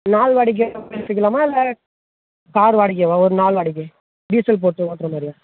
நாள் வாடகையே பேசிக்கலாமா இல்லை கார் வாடகையாவாக ஒரு நாள் வாடகை டீசல் போட்டு ஒட்றமாதிரியா